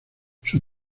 sus